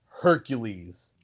Hercules